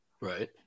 right